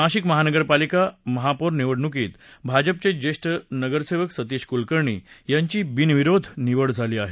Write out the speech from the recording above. नाशिक महानगरपालिका महापौर निवडणुकीत भाजपचे ज्येष्ठ नगरसेवक सतीश कुलकर्णी यांची बिनविरोध निवड झाली आहे